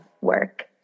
work